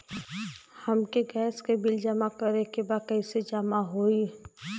हमके गैस के बिल जमा करे के बा कैसे जमा होई?